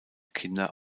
kinder